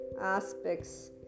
aspects